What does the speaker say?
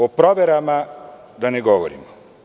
O proverama da ne govorimo.